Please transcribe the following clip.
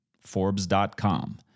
Forbes.com